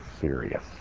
serious